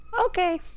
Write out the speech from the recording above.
okay